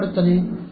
ಸಮಯ ನೋಡಿ 0336